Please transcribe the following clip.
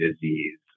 disease